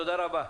תודה רבה.